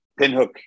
Pinhook